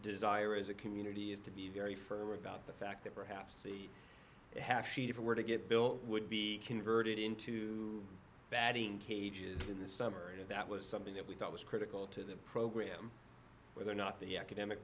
desire as a community is to be very firm about the fact that perhaps the half sheet if it were to get built would be converted into batting cages in the summer and that was something that we thought was critical to the program whether or not the academic